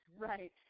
right